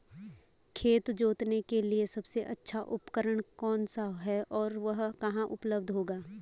खेत जोतने के लिए सबसे अच्छा उपकरण कौन सा है और वह कहाँ उपलब्ध होगा?